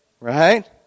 Right